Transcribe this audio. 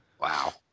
Wow